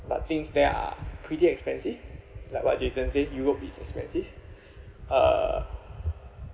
but things there are pretty expensive like what jason said europe is expensive uh